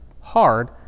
hard